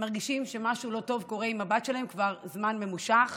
מרגישים שמשהו לא טוב קורה עם הבת שלהם כבר זמן ממושך,